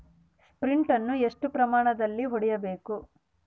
Sprint ಅನ್ನು ಎಷ್ಟು ಪ್ರಮಾಣದಲ್ಲಿ ಹೊಡೆಯಬೇಕು?